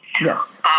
Yes